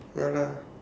ya lah